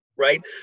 right